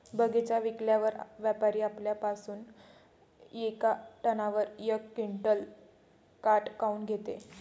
बगीचा विकल्यावर व्यापारी आपल्या पासुन येका टनावर यक क्विंटल काट काऊन घेते?